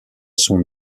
son